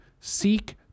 seek